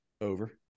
Over